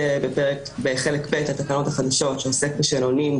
בחלק ב בתקנות החדשות שעוסק בשאלונים,